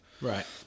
Right